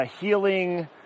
healing